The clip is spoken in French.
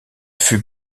fut